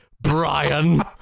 Brian